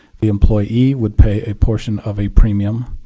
the employee would pay a portion of a premium.